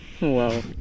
Wow